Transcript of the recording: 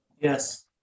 yes